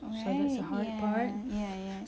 right ya ya ya